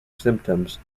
symptoms